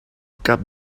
cap